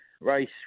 race